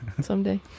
Someday